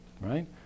right